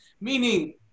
meaning